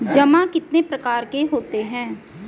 जमा कितने प्रकार के होते हैं?